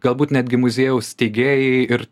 galbūt netgi muziejaus steigėjai ir